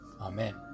Amen